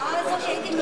לא